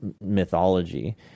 mythology